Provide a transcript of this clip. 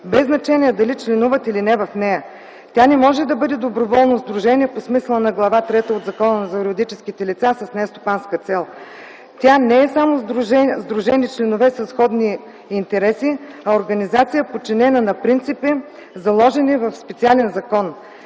без значение дали членуват или не в нея. Тя не може да бъде доброволно сдружение по смисъла на Глава трета от Закона за юридически лица с нестопанска цел. Тя не е само сдружени членове със сходни интереси, а организация, подчинена на принципи, заложени в специален закон.